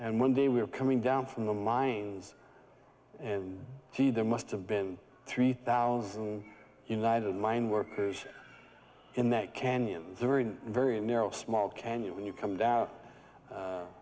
and one day we were coming down from the mines and he there must have been three thousand united mine workers in that canyon the very very narrow small canyon when you come down